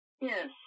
Yes